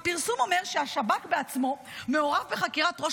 הפרסום אומר שהשב"כ בעצמו מעורב בחקירת ראש